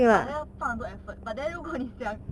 but 还要放很多 effort but then 如果你讲